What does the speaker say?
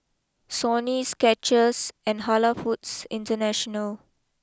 Sony Skechers and Halal Foods International